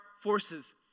forces